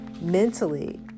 mentally